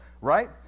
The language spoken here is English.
right